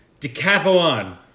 decathlon